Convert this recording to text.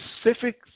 specific